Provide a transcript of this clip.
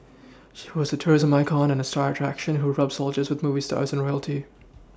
she was a tourism icon and star attraction who rubbed soldiers with movie stars and royalty